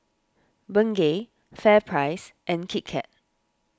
Bengay FairPrice and Kit Kat